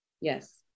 Yes